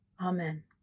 Amen